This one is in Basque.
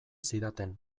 zidaten